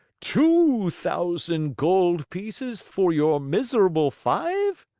two thousand gold pieces for your miserable five?